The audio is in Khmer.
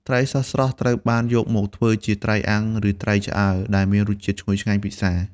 ត្រីស្រស់ៗត្រូវបានយកមកធ្វើជា ត្រីអាំង ឬត្រីឆ្អើរ ដែលមានរសជាតិឈ្ងុយឆ្ងាញ់ពិសា។